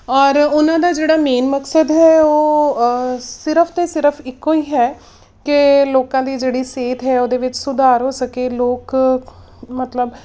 ਔਰ ਉਹਨਾਂ ਦਾ ਜਿਹੜਾ ਮੇਨ ਮਕਸਦ ਹੈ ਉਹ ਸਿਰਫ ਅਤੇ ਸਿਰਫ ਇੱਕੋ ਹੀ ਹੈ ਕਿ ਲੋਕਾਂ ਦੀ ਜਿਹੜੀ ਸਿਹਤ ਹੈ ਉਹਦੇ ਵਿੱਚ ਸੁਧਾਰ ਹੋ ਸਕੇ ਲੋਕ ਮਤਲਬ